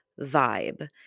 vibe